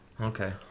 Okay